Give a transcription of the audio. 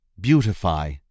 beautify